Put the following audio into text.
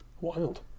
Wild